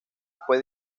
fue